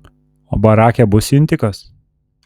o barake bus intikas